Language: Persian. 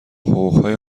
حقوقهای